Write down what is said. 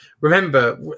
Remember